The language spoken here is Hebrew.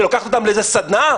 היא לוקחת אותם לאיזו סדנה?